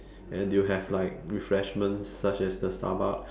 and they will have like refreshments such as the starbucks